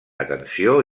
atenció